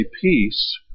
peace